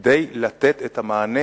כדי לתת את המענה.